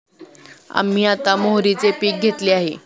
आम्ही आता मोहरीचे पीक घेतले आहे